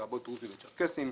הדרוזית והצ'רקסית,